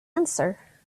answer